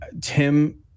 Tim